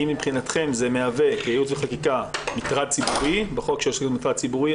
מבחינתכם זה מהווה מטרד ציבורי בחוק של מטרד ציבורי?